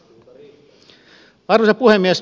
arvoisa puhemies